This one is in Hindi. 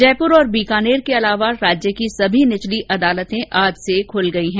जयपुर और बीकानेर के अलावा राज्य की सभी निचली अदालतें आज से नियमित रूप से खुल गई हैं